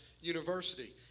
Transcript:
University